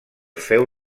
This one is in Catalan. féu